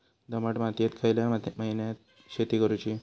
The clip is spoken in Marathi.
दमट मातयेत खयल्या महिन्यात शेती करुची?